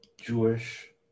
Jewish